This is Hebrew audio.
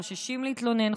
חוששים להתלונן,